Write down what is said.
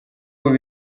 ubu